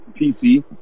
pc